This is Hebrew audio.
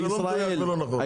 זה לא מדויק ולא נכון.